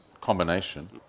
combination